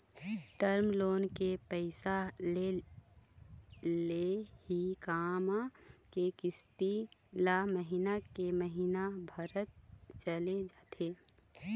term loan के पइसा ले ही कमा के किस्ती ल महिना के महिना भरत चले जाथे